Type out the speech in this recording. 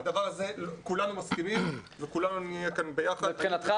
על הדבר זה כולנו מסכימים וכולנו נהיה כאן ביחד --- מבחינתך